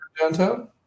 Downtown